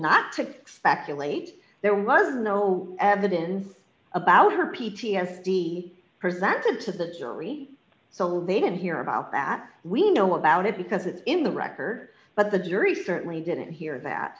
sick speculates there was no evidence about her p t s be presented to the jury so they didn't hear about that we know about it because it's in the records but the jury certainly didn't hear that